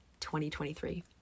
2023